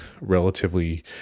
relatively